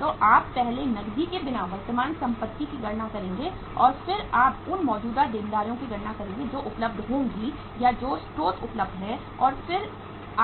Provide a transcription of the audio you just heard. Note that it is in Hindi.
तो आप पहले नकदी के बिना वर्तमान संपत्ति की गणना करेंगे और फिर आप उन मौजूदा देनदारियों की गणना करेंगे जो उपलब्ध होंगी या जो स्रोत उपलब्ध हैं और फिर